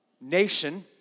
nation